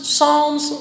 Psalms